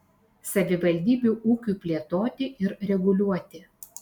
savivaldybių ūkiui plėtoti ir reguliuoti